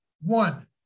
One